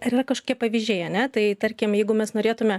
ale kažkokie pavyzdžiai ane tai tarkim jeigu mes norėtume